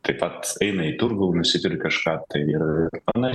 taip apt eina į turgų nusipirkt kažką tai ir pana